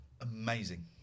amazing